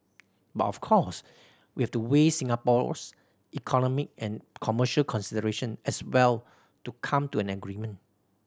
but of course we have to weigh Singapore's economic and commercial consideration as well to come to an agreement